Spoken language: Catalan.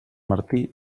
martí